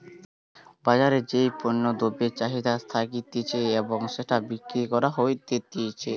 বাজারে যেই পণ্য দ্রব্যের চাহিদা থাকতিছে এবং সেটা বিক্রি করা হতিছে